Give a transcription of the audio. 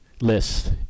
list